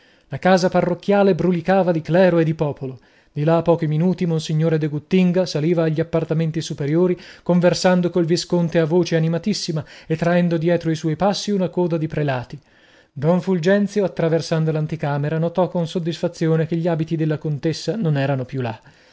la casa parrocchiale brulicava di clero e di popolo di là a pochi minuti monsignore de guttinga saliva agli appartamenti superiori conversando col visconte a voce animatissima e traendo dietro i suoi passi una coda di prelati don fulgenzio attraversando l'anticamera notò con soddisfazione che gli abiti della contessa non erano più là